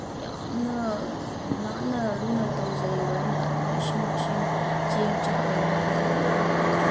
ꯌꯥꯝꯅ ꯅꯥꯟꯅ ꯂꯨꯅ ꯇꯧꯖꯩꯑꯕ ꯑꯩꯅ ꯑꯗꯨꯅ ꯏꯁꯤꯡ ꯃꯥꯏꯁꯤꯡ ꯆꯦꯡ ꯆꯥꯛ ꯑꯣꯏꯒꯦꯔ ꯌꯦꯟꯁꯥꯡ ꯑꯣꯏꯒꯦꯔ ꯑꯃ